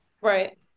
Right